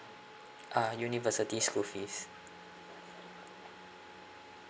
uh university school fees